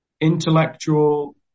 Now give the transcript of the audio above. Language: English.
intellectual